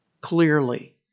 clearly